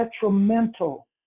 detrimental